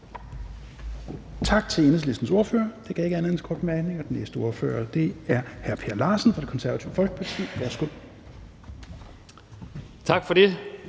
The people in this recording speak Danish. Tak til Enhedslistens ordfører. Det giver ikke anledning til korte bemærkninger. Den næste ordfører er hr. Per Larsen fra Det Konservative Folkeparti. Værsgo. Kl.